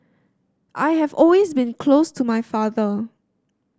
I have always been close to my father